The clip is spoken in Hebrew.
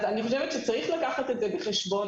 אז אני חושבת שצריך לקחת את זה בחשבון,